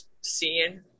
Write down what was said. seeing